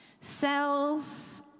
Cells